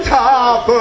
top